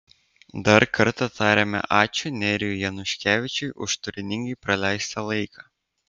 dar kartą tariame ačiū nerijui januškevičiui už turiningai praleistą laiką